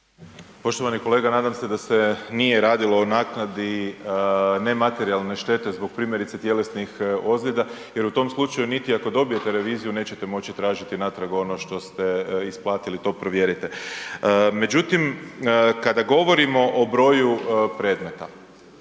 Poštovani kolega, nadam se da se nije radilo o naknadi o nematerijalne štete zbog primjerice tjelesnih ozljeda, jer u tom slučaju, niti ako dobijete reviziju, nećete moći tražiti natrag ono što ste isplatili, to provjerite. Međutim, kada govorimo o broju predmeta,